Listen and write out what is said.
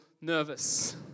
nervous